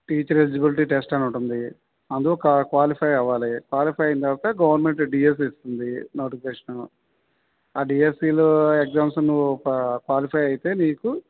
teacher eligibility test అని ఒకటి ఉంది అందులో కా క్వాలిఫై అవ్వాలి క్వాలిఫై అయిన తరువాత గవర్నమెంట్ డీఎస్సి ఇస్తుంది నోటిఫికేషను ఆ డీఎస్సిలో ఎగ్జామ్స్ నువ్వు క్వాలిఫై అయితే నీకు